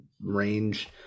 range